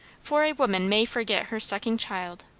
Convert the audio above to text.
for a woman may forget her sucking child,